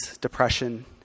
depression